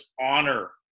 honor